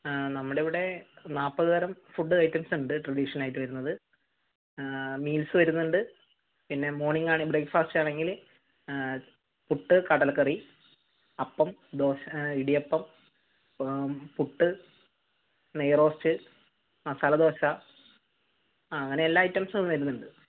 നമ്മുടെ ഇവിടെ നാൽപ്പത് തരം ഫുഡ് ഐറ്റംസ് ഉണ്ട് ട്രഡീഷണൽ ആയിട്ട് വരുന്നത് മീൽസ് വരുന്നുണ്ട് പിന്നെ മോർണിംഗ് ആണെങ്കിൽ ബ്രേക്ക് ഫാസ്റ്റ് ആണെങ്കിൽ പുട്ട് കടലക്കറി അപ്പം ദോശ ഇടിയപ്പം പുട്ട് നെയ് റോസ്റ്റ് മസാലദോശ അതെ അങ്ങനെ എല്ലാ ഐറ്റംസും വരുന്നുണ്ട്